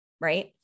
right